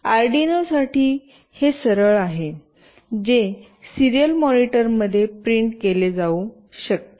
Arduino साठी हे सरळ आहे जे सिरियल मॉनिटर मध्ये प्रिंट केले जाऊ शकते